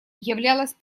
являлось